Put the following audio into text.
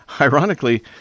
ironically